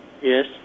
Yes